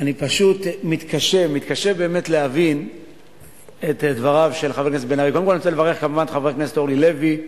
אני מתקשה להבין את דבריו של חבר הכנסת בן-ארי.